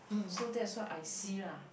so that's what I see lah